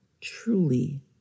truly